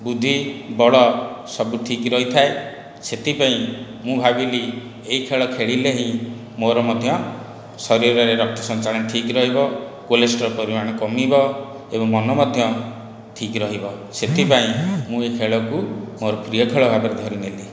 ବୁଦ୍ଧି ବଳ ସବୁ ଠିକ ରହିଥାଏ ସେଥିପାଇଁ ମୁଁ ଭାବିଲି ଏହି ଖେଳ ଖେଳିଲେ ହିଁ ମୋର ମଧ୍ୟ ଶରୀରରେ ରକ୍ତ ସଞ୍ଚାଳନ ଠିକ ରହିବ କୋଲେଷ୍ଟ୍ରଲ୍ ପରିମାଣ କମିବ ଏବଂ ମନ ମଧ୍ୟ ଠିକ ରହିବ ସେଥିପାଇଁ ମୁଁ ଏହି ଖେଳକୁ ମୋର ପ୍ରିୟ ଖେଳ ଭାବରେ ଧରିନେଲି